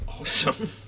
awesome